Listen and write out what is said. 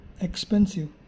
expensive